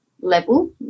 level